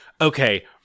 Okay